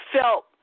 felt